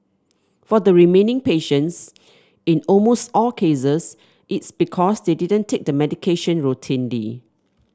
for the remaining patients in almost all cases it is because they didn't take the medication routinely